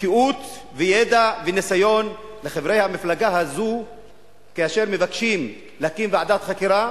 בקיאות וידע וניסיון לחברי המפלגה הזאת כאשר מבקשים להקים ועדת חקירה,